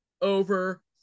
over